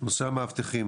נושא המאבטחים,